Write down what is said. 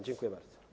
Dziękuję bardzo.